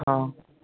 ହଁ